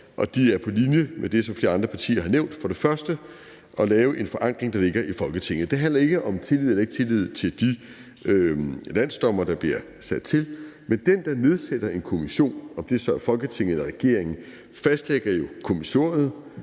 de er på linje med det, som flere andre partier har nævnt. For det første at lave en forankring i Folketinget. Det handler ikke om at have tillid eller ikke at have tillid til de landsdommere, der bliver sat til det, men den, der nedsætter en kommission, om det så er Folketinget eller regeringen, fastlægger jo kommissoriet,